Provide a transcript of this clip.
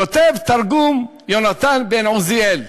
כתוב בתרגום יונתן בן עוזיאל,